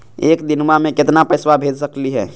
एक दिनवा मे केतना पैसवा भेज सकली हे?